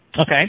Okay